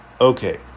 Okay